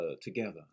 together